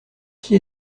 qui